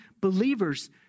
believers